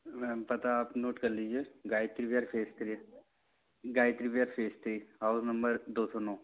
ma'am पता आप note कर लीजिए Gayatri Vihar phase three Gayatri Vihar phase three house number दो सौ नौ